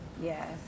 Yes